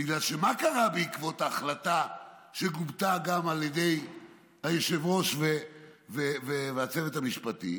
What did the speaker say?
כי מה קרה בעקבות ההחלטה שגובתה גם על ידי היושב-ראש והצוות המשפטי?